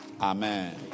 Amen